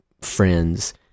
friends